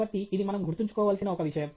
కాబట్టి ఇది మనం గుర్తుంచుకోవలసిన ఒక విషయం